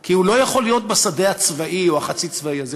כי הוא לא יכול להיות בשדה הצבאי או החצי-צבאי הזה.